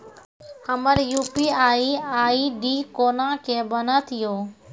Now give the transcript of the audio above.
हमर UPI ID कोना के बनत यो?